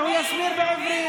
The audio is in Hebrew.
הוא יסביר בעברית.